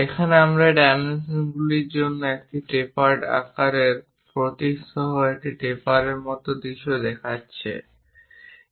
এখানে আমরা এই ডাইমেনশনগুলি এবং একটি টেপারড আকারের প্রতীক সহ একটি টেপারডের মতো কিছু দেখাচ্ছি